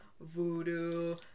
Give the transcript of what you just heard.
voodoo